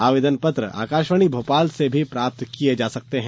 आवेदन पत्र आकाशवाणी भोपाल से भी प्राप्त किये जा सकते हैं